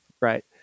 Right